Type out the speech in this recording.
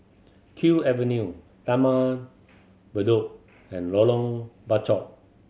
Kew Avenue Taman Bedok and Lorong Bachok